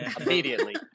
Immediately